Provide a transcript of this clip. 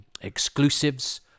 exclusives